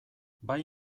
bai